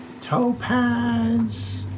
Topaz